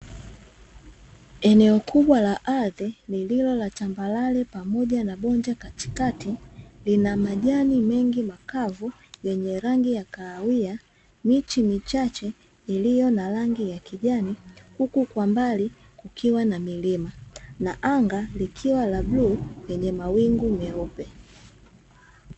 Eneo kubwa la ardhi lililo la tambarare pamoja na bonde katikati lina majani mengi makavu yenye rangi ya kahawia, miti michache iliyo na rangi ya kijani, huku kwa mbali kukiwa na milima na anga likiwa la bluu lenye mawingu meupe.